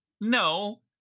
no